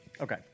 Okay